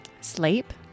Sleep